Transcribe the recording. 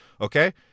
Okay